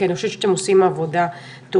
כי אני חושבת שאתם עושים עבודה טובה.